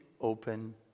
open